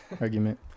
argument